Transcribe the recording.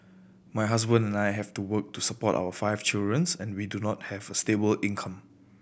my husband and I have to work to support our five children's and we do not have a stable income